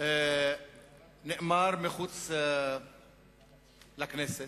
נאמר מחוץ לכנסת,